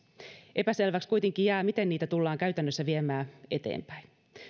epäselväksi kuitenkin jää miten niitä tullaan käytännössä viemään eteenpäin